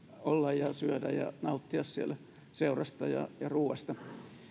olla ja syödä ja nauttia siellä seurasta ja ja ruuasta